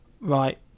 Right